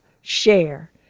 share